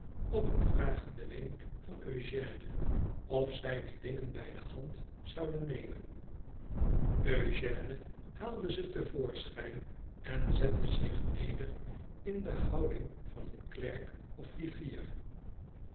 op een vragenden wenk van eugène of zij die dingen bij de hand zouden nemen eugène haalde ze te voorschijn en zette zich neder in de houding van een klerk of griffier